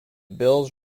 bills